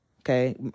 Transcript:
Okay